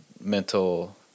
mental